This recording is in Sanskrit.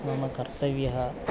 मम कर्तव्यः